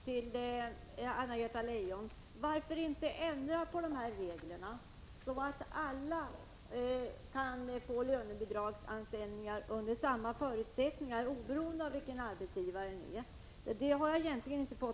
Herr talman! Jag vill ställa en fråga till Anna-Greta Leijon: Varför inte ändra på reglerna så att alla kan få lönebidragsanställningar under samma förutsättningar oberoende av vem som är arbetsgivare?